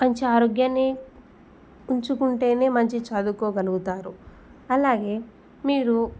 మంచి ఆరోగ్యాన్ని ఉంచుకుంటేనే మంచిగా చదువుకోగలుగుతారు అలాగే మీరు